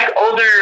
older